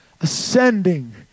ascending